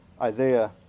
Isaiah